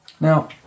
Now